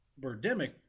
Birdemic